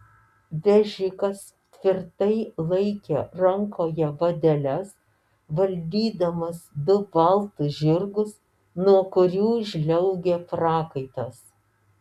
vežikas tvirtai laikė rankoje vadeles valdydamas du baltus žirgus nuo kurių žliaugė prakaitas